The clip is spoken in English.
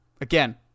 again